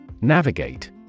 Navigate